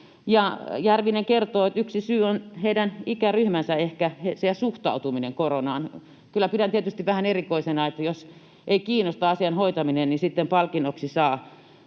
Järvinen kertoi, että yksi syy on ehkä heidän ikäryhmänsä ja suhtautumisensa koronaan. Kyllä pidän tietysti vähän erikoisena, että jos ei kiinnosta asian hoitaminen, niin sitten palkinnoksi saa